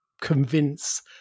convince